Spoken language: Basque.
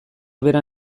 bera